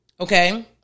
okay